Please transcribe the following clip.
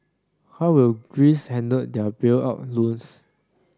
how will Greece handle their bailout loans